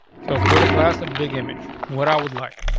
so for the class of big image, what i would like.